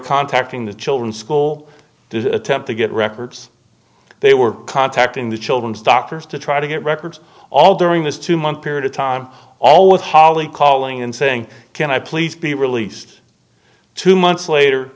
contacting the children school did attempt to get records they were contacting the children's doctors to try to get records all during this two month period of time all with holly calling in saying can i please be released two months later